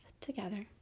together